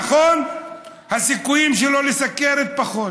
נכונים הסיכויים שלו לסוכרת פוחתים.